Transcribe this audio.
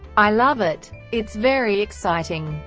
i love it. it's very exciting.